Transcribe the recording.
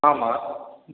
ஆமாம்